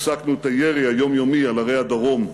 הפסקנו את הירי היומיומי על ערי הדרום,